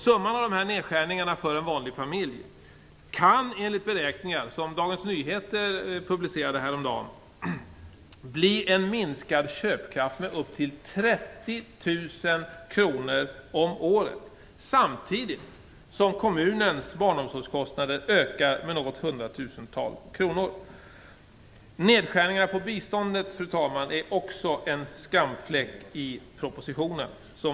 Summan av dessa nedskärningar kan för en vanlig familj, enligt beräkningar som Dagens Nyheter publicerade häromdagen, innebära en minskad köpkraft med upp till 30 000 kr om året. Samtidigt ökar kommunens barnomsorgskostnader med något hundratusental kronor. Nedskärningar på biståndet, fru talman, är också en skamfläck i propositionen.